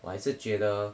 我还是觉得